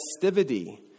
festivity